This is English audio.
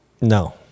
no